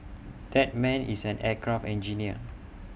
that man is an aircraft engineer